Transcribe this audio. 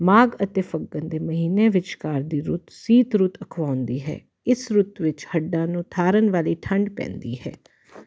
ਮਾਘ ਅਤੇ ਫੱਗਣ ਦੇ ਮਹੀਨੇ ਵਿਚਕਾਰ ਦੀ ਰੁੱਤ ਸ਼ੀਤ ਰੁੱਤ ਅਖਵਾਉਂਦੀ ਹੈ ਇਸ ਰੁੱਤ ਵਿੱਚ ਹੱਡਾਂ ਨੂੰ ਠਾਰਨ ਵਾਲੀ ਠੰਢ ਪੈਂਦੀ ਹੈ